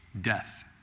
death